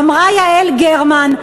אמרה יעל גרמן: